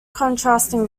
contrasting